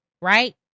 right